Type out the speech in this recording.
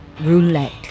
Roulette